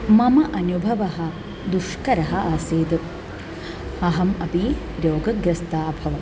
मम अनुभवः दुष्करः आसीत् अहम् अपि रोगग्रस्ता अभवत्